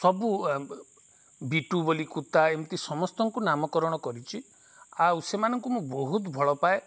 ସବୁ ବିଟୁ ବୋଲି କୁତା ଏମିତି ସମସ୍ତଙ୍କୁ ନାମକରଣ କରିଛି ଆଉ ସେମାନଙ୍କୁ ମୁଁ ବହୁତ ଭଲ ପାଏ